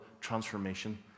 transformation